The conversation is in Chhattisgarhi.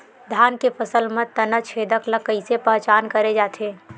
धान के फसल म तना छेदक ल कइसे पहचान करे जाथे?